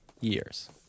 years